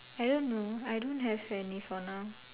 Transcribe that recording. I don't know I don't have any for now